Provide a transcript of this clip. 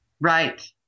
right